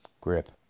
grip